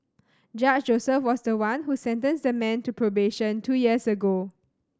Judge Joseph was the one who sentenced the man to probation two years ago